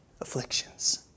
afflictions